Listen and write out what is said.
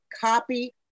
copy